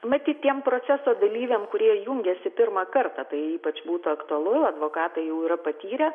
matyt tiem proceso dalyviam kurie jungiasi pirmą kartą tai ypač būtų aktualu advokatai jau yra patyrę